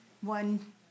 one